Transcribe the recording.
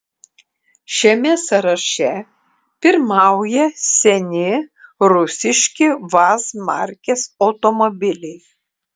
šiame sąraše pirmauja seni rusiški vaz markės automobiliai